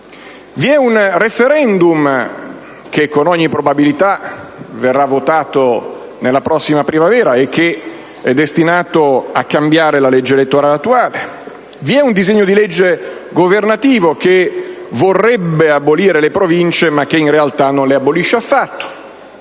vi è un *referendum* che con ogni probabilità verrà votato nella prossima primavera e che è destinato a cambiare la legge elettorale attuale; vi è un disegno di legge governativo che vorrebbe abolire le Province, ma che in realtà non le abolisce affatto.